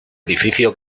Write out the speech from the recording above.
edificio